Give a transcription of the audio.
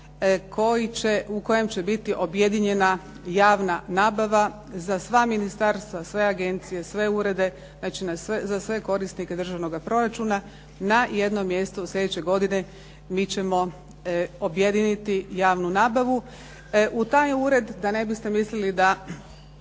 u kojem će biti objedinjena javna nabava za sva ministarstva, sve agencije, sve urede, znači za sve korisnike državnoga proračuna, na jedno mjesto u slijedećoj godini mi ćemo objediniti javnu nabavu. U taj ured, da ne biste mislili da